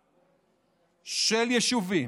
עקירה של יישובים,